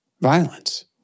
violence